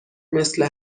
مثل